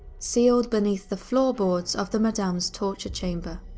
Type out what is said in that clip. sealed beneath the floorboards of the madame's torture chamber.